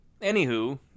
Anywho